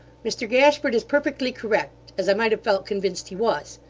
mr gashford is perfectly correct, as i might have felt convinced he was.